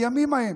חלפו הימים ההם.